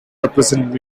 represents